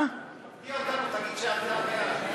תפתיע אותנו ותגיד שאתה בעד.